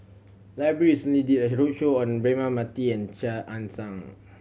library recently did a roadshow on Braema Mathi and Chia Ann Siang